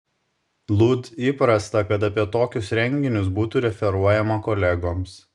lud įprasta kad apie tokius renginius būtų referuojama kolegoms